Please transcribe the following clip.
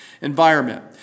environment